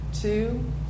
two